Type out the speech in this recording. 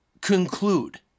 conclude